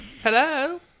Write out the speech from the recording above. Hello